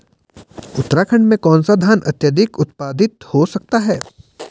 उत्तराखंड में कौन सा धान अत्याधिक उत्पादित हो सकता है?